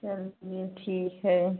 चलिए ठीक है